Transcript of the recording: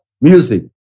music